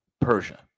Persia